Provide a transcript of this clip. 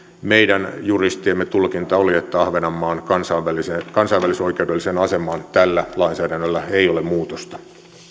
meidän juristiemme tulkinta oli että ahvenanmaan kansainvälisoikeudelliseen asemaan tällä lainsäädännöllä ei ole muutosta